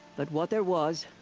but what there was.